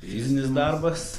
fizinis darbas